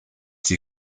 die